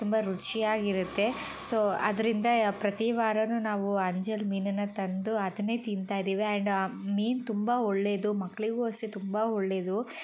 ತುಂಬ ರುಚಿಯಾಗಿರುತ್ತೆ ಸೊ ಅದರಿಂದ ಪ್ರತಿವಾರನೂ ನಾವು ಅಂಜಲ್ ಮೀನನ್ನು ತಂದು ಅದನ್ನೇ ತಿನ್ತಾ ಇದೀವಿ ಆ್ಯಂಡ್ ಮೀನು ತುಂಬ ಒಳ್ಳೆಯದು ಮಕ್ಕಳಿಗೂ ಅಷ್ಟೇ ತುಂಬ ಒಳ್ಳೆಯದು